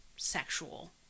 sexual